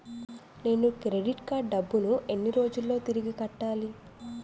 నేను credit card డబ్బును ఎన్ని రోజుల్లో తిరిగి కట్టాలి?